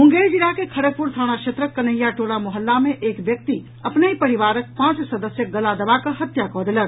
मुंगेर जिलाक खड़गपुर थाना क्षेत्रक कन्हैया टोला मोहल्ला मे एक व्यक्ति अपनहि परिवार के पांच सदस्यक गला दबाकऽ हत्या कऽ देलक